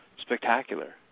spectacular